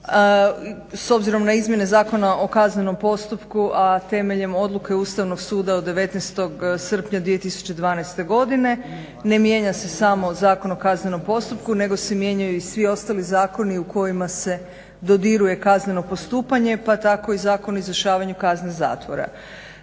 S obzirom na izmjene Zakona o kaznenom postupku, a temeljem odluke Ustavnog suda od 19. srpnja 2012. godine ne mijenja se samo Zakon o kaznenom postupku nego se mijenjaju i svi ostali zakoni u kojima se dodiruje kazneno postupanje, pa tako i Zakon o izvršavanju kazne zatvora.